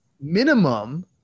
Minimum